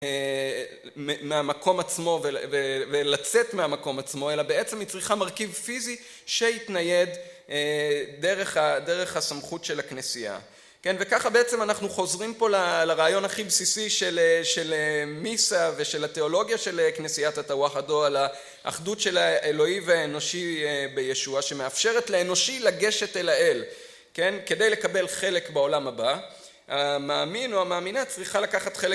מהמקום עצמו ולצאת מהמקום עצמו, אלא בעצם היא צריכה מרכיב פיזי שהתנייד דרך הסמכות של הכנסייה. כן, וככה בעצם אנחנו חוזרים פה לרעיון הכי בסיסי של מיסה ושל התיאולוגיה של כנסיית התאווח הדו, על האחדות של האלוהי והאנושי בישוע, שמאפשרת לאנושי לגשת אל האל. כן, כדי לקבל חלק בעולם הבא, המאמין או המאמינה צריכה לקחת חלק